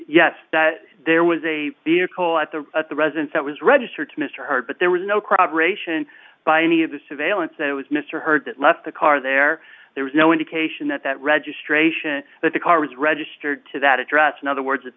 yes that there was a vehicle at the at the residence that was registered to mr hurd but there was no corroborate by any of the surveillance that was mr hurd that left the car there there was no indication that that registration that the car was registered to that address in other words